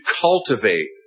cultivate